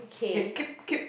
hey keep keep